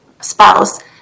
spouse